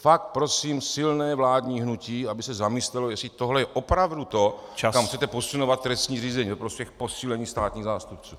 Fakt prosím silné vládní hnutí, aby se zamyslelo, jestli tohle je opravdu to , kam chcete posuzovat trestní řízení ve prospěch posílení státních zástupců.